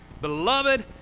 beloved